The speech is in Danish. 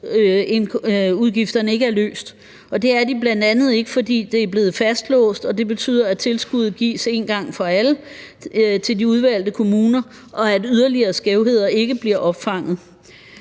overførselsudgifterne ikke er løst, og det er de bl.a. ikke, fordi det er blevet fastlåst, og det betyder, at tilskuddet gives en gang for alle til de udvalgte kommuner, og at yderligere skævheder ikke bliver opfanget.